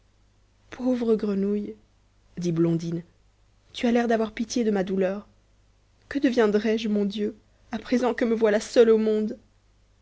pauvre grenouille dit blondine tu as l'air d'avoir pitié de ma douleur que deviendrai-je mon dieu à présent que me voilà seule au monde